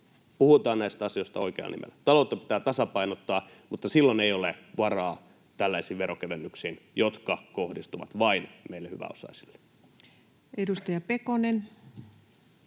Puhutaan näistä asioista oikeilla nimillä. Taloutta pitää tasapainottaa, mutta silloin ei ole varaa tällaisiin veronkevennyksiin, jotka kohdistuvat vain meille hyväosaisille. [Speech